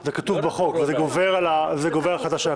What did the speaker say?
זה כתוב בחוק, וזה גובר על החלטה של הכנסת.